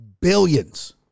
Billions